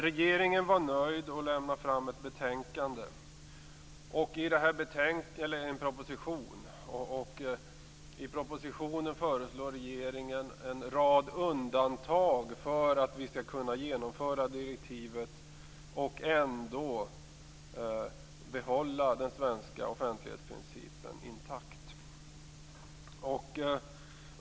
Regeringen var nöjd och lämnade fram en proposition. I propositionen föreslår regeringen en rad undantag för att vi skall kunna genomföra direktivet och ändå behålla den svenska offentlighetsprincipen intakt.